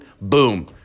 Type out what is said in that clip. Boom